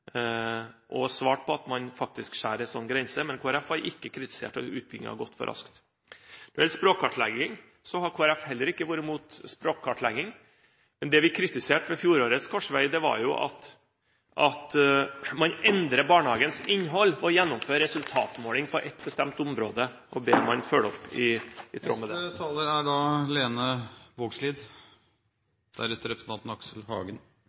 grunnen svart på at man skjærer en sånn grense, men Kristelig Folkeparti har ikke kritisert at utbyggingen har gått for raskt. Når det gjelder språkkartlegging, har heller ikke Kristelig Folkeparti vært imot det. Men det vi kritiserte ved fjorårets korsvei, var at man endrer barnehagens innhold og gjennomfører resultatmåling på et bestemt område, og ber om at man følger det opp. Eg har følgt med i debatten, og eg sat til og med i